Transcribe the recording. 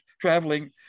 traveling